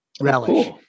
relish